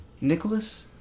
Nicholas